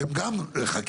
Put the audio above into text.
שהן גם חקיקה,